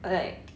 uh like